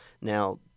Now